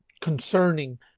concerning